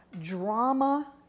drama